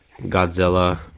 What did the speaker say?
Godzilla